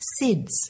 SIDS